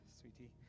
sweetie